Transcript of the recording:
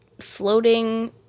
floating